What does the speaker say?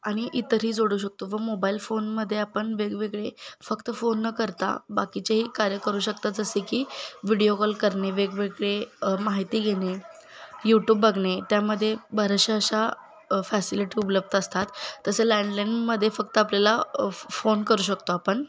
आणि इतरही जोडू शकतो व मोबाईल फोनमध्ये आपण वेगवेगळे फक्त फोन न करता बाकीचेही कार्य करू शकतात जसे की व्हिडिओ कॉल करणे वेगवेगळे माहिती घेणे यूट्यूब बघणे त्यामध्ये बऱ्याचशा अशा फॅसिलिटी उपलब्ध असतात तसे लँडलाईनमध्ये फक्त आपल्याला फोन करू शकतो आपण